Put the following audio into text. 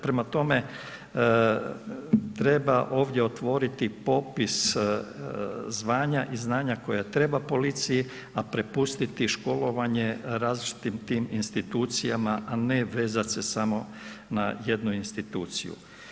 Prema tome, treba ovdje otvoriti popis zvanja i znanja koja treba policiji, a prepustiti školovanje različitim tim institucijama, a ne vezat se samo na jednu instituciju.